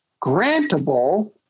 Grantable